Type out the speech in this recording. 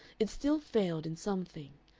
it still failed in something.